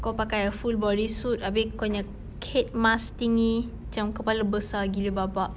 kau pakai a full body suit habis kau punya head mask thingy macam kepala besar gila babak